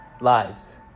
lives